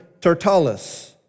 Tertullus